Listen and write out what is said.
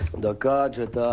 the guard.